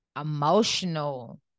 emotional